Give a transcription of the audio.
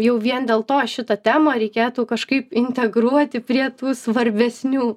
jau vien dėl to šitą temą reikėtų kažkaip integruoti prie tų svarbesnių